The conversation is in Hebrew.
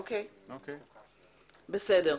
אוקיי, בסדר.